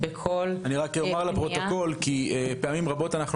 אני רק אומר לפרוטוקול שפעמים רבות אנחנו